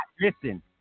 Listen